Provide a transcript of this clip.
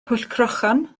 pwllcrochan